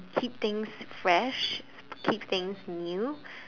keep things fresh keep things new